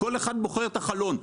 כל אחד בוחר את החלון.